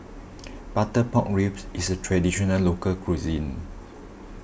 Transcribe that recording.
Butter Pork Ribs is a Traditional Local Cuisine